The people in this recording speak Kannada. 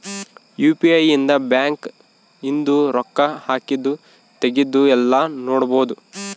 ಯು.ಪಿ.ಐ ಇಂದ ಬ್ಯಾಂಕ್ ಇಂದು ರೊಕ್ಕ ಹಾಕಿದ್ದು ತೆಗ್ದಿದ್ದು ಯೆಲ್ಲ ನೋಡ್ಬೊಡು